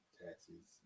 taxes